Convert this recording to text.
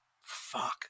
fuck